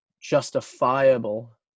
justifiable